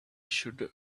should